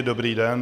Dobrý den.